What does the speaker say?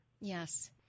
Yes